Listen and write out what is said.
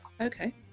okay